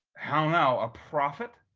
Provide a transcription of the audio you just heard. how now, a prophet?